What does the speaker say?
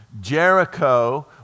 Jericho